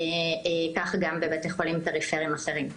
כך גם בבתי חולים פריפריים אחרים.